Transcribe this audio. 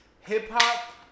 hip-hop